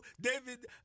David